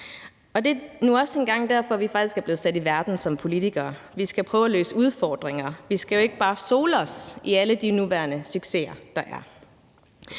engang derfor, vi faktisk er blevet sat i verden som politikere. Vi skal prøve at løse udfordringer. Vi skal jo ikke bare sole os i alle de nuværende succeser,